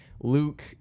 Luke